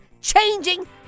changing